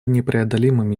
непреодолимыми